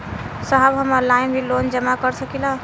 साहब हम ऑनलाइन भी लोन जमा कर सकीला?